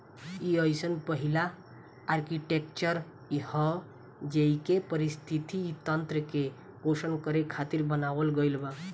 इ अइसन पहिला आर्कीटेक्चर ह जेइके पारिस्थिति तंत्र के पोषण करे खातिर बनावल गईल बा